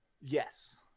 Yes